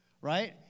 Right